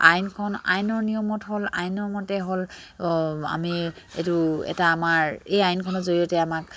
আইনখন আইনৰ নিয়মত হ'ল আইনৰ মতে হ'ল আমি এইটো এটা আমাৰ এই আইনখনৰ জৰিয়তে আমাক